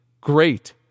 great